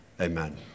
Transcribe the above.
Amen